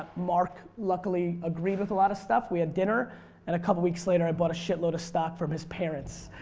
mark luckily agreed with a lot of stuff. we had dinner and a couple weeks later i bought a shit load of stock from his parents.